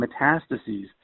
metastases